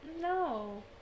no